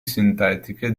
sintetiche